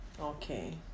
Okay